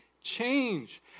change